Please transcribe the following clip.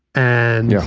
and, yeah